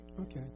Okay